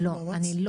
לעשות מאמץ?